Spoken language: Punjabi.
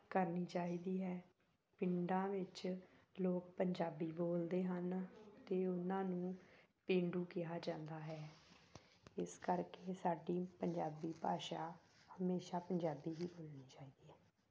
ਕਰਨੀ ਚਾਹੀਦੀ ਹੈ ਪਿੰਡਾਂ ਵਿੱਚ ਲੋਕ ਪੰਜਾਬੀ ਬੋਲਦੇ ਹਨ ਅਤੇ ਉਹਨਾਂ ਨੂੰ ਪੇਂਡੂ ਕਿਹਾ ਜਾਂਦਾ ਹੈ ਇਸ ਕਰਕੇ ਸਾਡੀ ਪੰਜਾਬੀ ਭਾਸ਼ਾ ਹਮੇਸ਼ਾਂ ਪੰਜਾਬੀ ਹੀ ਬੋਲਣੀ ਚਾਹੀਦੀ ਹੈ